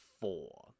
four